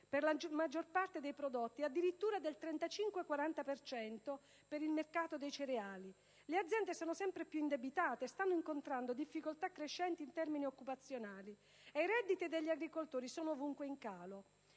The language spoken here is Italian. per la maggiore parte dei prodotti, addirittura del 35-40 per cento per il mercato dei cereali; le aziende sono sempre più indebitate e stanno incontrando difficoltà crescenti in termini occupazionali; i redditi degli agricoltori sono ovunque in calo.